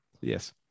Yes